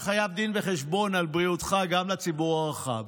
אתה חייב די חשבון על בריאותך גם לציבור הרחב.